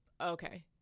Okay